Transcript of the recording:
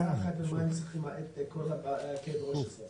ואף אחד לא צריך את כל הכאב ראש הזה,